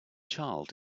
child